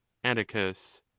atticus.